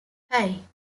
hey